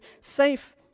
safe